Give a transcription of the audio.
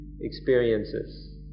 experiences